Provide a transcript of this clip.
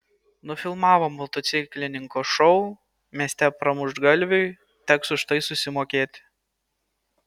nufilmavo motociklininko šou mieste pramuštgalviui teks už tai susimokėti